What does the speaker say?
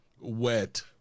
wet